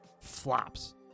flops